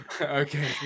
okay